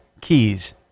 Keys